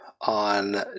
on